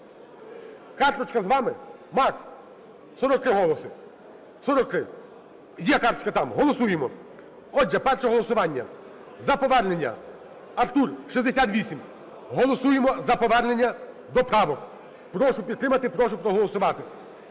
карточка з вами? Макс… 43 голоси, 43. Є карточка там. Голосуємо. Отже, перше голосування за повернення. Артур, 68! Голосуємо за повернення до правок. Прошу підтримати, прошу проголосувати.